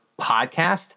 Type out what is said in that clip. podcast